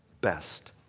best